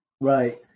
Right